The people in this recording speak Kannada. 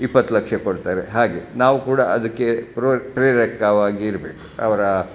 ಇಪ್ಪತ್ತು ಲಕ್ಷ ಕೊಡ್ತಾರೆ ಹಾಗೆ ನಾವು ಕೂಡ ಅದಕ್ಕೆ ಪ್ರೊ ಪ್ರೇರಕವಾಗಿ ಇರಬೇಕು ಅವರ